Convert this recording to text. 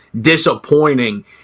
disappointing